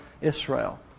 Israel